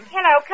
Hello